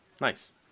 nice